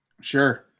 Sure